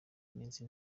iminsi